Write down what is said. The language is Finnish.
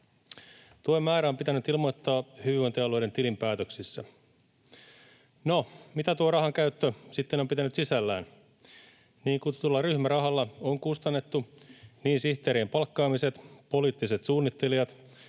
Tuen määrä on pitänyt ilmoittaa hyvinvointialueiden tilinpäätöksissä. No, mitä tuo rahankäyttö sitten on pitänyt sisällään? Niin kutsutulla ryhmärahalla on kustannettu niin sihteerien palkkaamiset, poliittiset suunnittelijat,